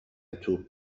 توپ